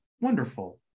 Wonderful